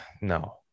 no